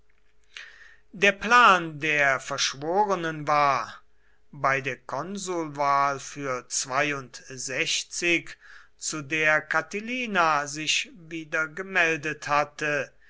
der plan der verschworenen war bei der konsulwahl für zu der catilina sich wieder gemeldet hatte